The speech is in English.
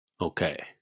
Okay